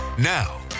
now